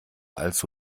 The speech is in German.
allzu